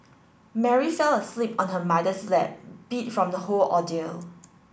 Mary fell asleep on her mother's lap beat from the whole ordeal